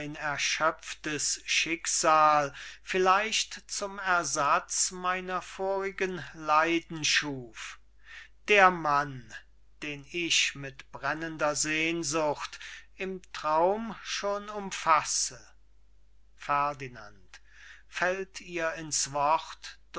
mein erschöpftes schicksal vielleicht zum ersatz meiner vorigen leiden schuf der mann den ich mit brennender sehnsucht im traum schon umfasse ferdinand fällt